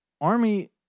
army